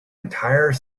entire